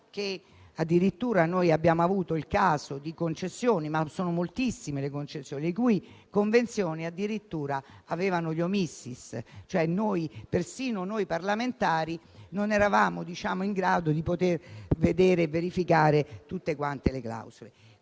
che addirittura abbiamo avuto il caso di concessioni (sono moltissime le concessioni) le cui convenzioni addirittura avevano gli *omissis*, cioè persino noi parlamentari non eravamo in grado di vedere e verificare tutte quante le clausole.